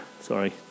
sorry